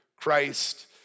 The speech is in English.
Christ